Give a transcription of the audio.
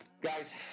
guys